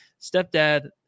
Stepdad